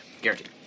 Guaranteed